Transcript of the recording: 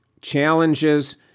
challenges